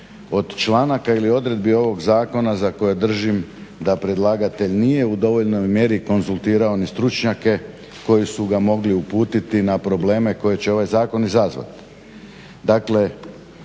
od članaka ili odredbi ovog zakona za koji držim da predlagatelj nije u dovoljnoj mjeri konzultirao ni stručnjake koji su ga mogli uputiti na probleme koje će ovaj zakon izazvati.